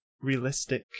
realistic